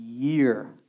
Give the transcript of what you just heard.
year